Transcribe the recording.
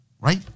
right